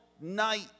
night